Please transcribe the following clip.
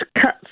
cut